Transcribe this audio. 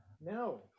no